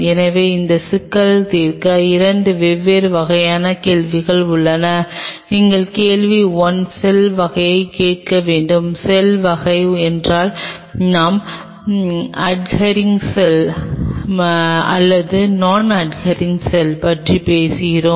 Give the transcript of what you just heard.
எனவே இந்த சிக்கலை தீர்க்க 2 வெவ்வேறு வகையான கேள்விகள் உள்ளன நீங்கள் கேள்வி 1 செல் வகையை கேட்க வேண்டும் செல் வகை என்றால் நாம் அட்ஹரின் செல்கள் அல்லது நான் அட்ஹரின் செல்கள் பற்றி பேசுகிறோம்